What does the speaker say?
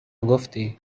گفتی